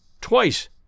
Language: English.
twice